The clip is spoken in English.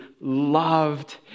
loved